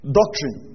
doctrine